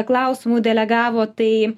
klausimų delegavo tai